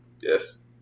Yes